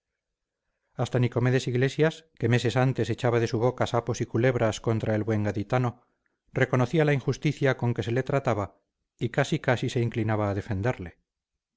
hasta nicomedes iglesias que meses antes echaba de su boca sapos y culebras contra el buen gaditano reconocía la injusticia con que se le trataba y casi casi se inclinaba a defenderle